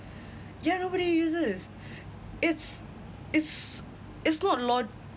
yeah nobody uses it's it's it's not lo~